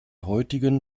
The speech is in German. heutigen